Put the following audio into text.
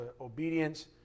obedience